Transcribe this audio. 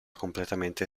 completamente